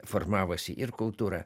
formavosi ir kultūra